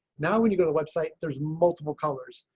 now, when you go to website there's multiple colors.